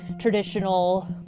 traditional